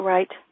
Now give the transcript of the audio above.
Right